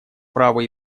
праву